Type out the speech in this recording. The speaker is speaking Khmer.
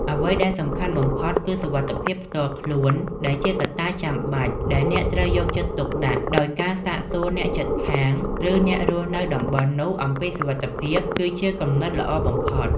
អ្វីដែលសំខាន់បំផុត គឺសុវត្ថិភាពផ្ទាល់ខ្លួន ដែលជាកត្តាចាំបាច់ដែលអ្នកត្រូវយកចិត្តទុកដាក់ ដោយការសាកសួរអ្នកជិតខាង ឬអ្នករស់នៅតំបន់នោះអំពីសុវត្ថិភាព គឺជាគំនិតល្អបំផុត។